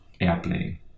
airplane